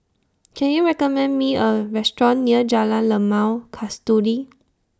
Can YOU recommend Me A Restaurant near Jalan Limau Kasturi